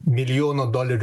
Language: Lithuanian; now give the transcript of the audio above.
milijono dolerių